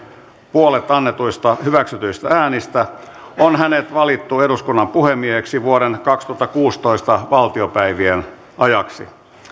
puolet annetuista hyväksytyistä äänistä on hänet valittu eduskunnan puhemieheksi vuoden kaksituhattakuusitoista valtiopäivien ajaksi